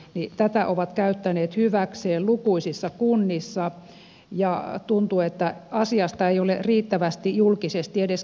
tätä he ovat käyttäneet hyväkseen lukuisissa kunnissa ja tuntuu että asiasta ei ole riittävästi julkisesti edes keskusteltu